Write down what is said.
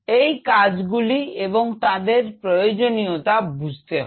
এই কাজগুলি এবং তাদের প্রয়োজনীয়তা বুঝতে হবে